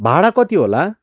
भाडा कति होला